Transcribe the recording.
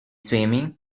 swimming